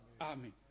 Amen